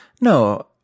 No